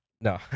No